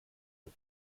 but